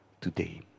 today